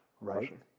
right